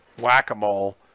whack-a-mole